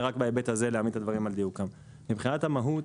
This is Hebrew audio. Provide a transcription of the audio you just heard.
מבחינת המהות,